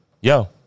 Yo